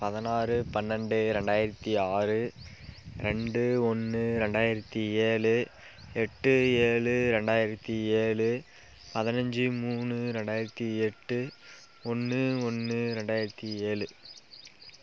பதினாறு பன்னண்டு இரண்டாயிரத்தி ஆறு ரெண்டு ஒன்று ரெண்டாயிரத்தி ஏழு எட்டு ஏழு ரெண்டாயிரத்தி ஏழு பதினஞ்சு மூணு ரெண்டாயிரத்தி எட்டு ஒன்று ஒன்று ரெண்டாயிரத்தி ஏழு